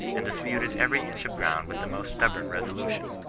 and disputed every inch of ground with the most stubborn resolution.